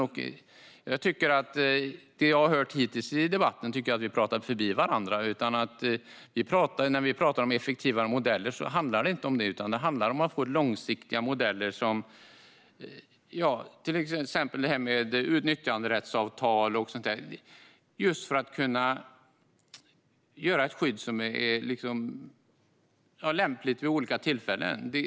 Av det jag har hört hittills i debatten tycker jag att vi pratar förbi varandra. När vi pratar om effektivare modeller handlar det om att få långsiktiga modeller, till exempel nyttjanderättsavtal, för att få fram skydd som är lämpliga vid olika tillfällen.